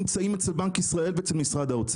וניסיתי להבין מי דחף נתונים מאחורי הדיון.